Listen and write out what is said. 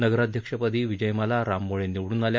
नगराध्यक्षपदी विजयमाला राम मुळे निवडुन आल्या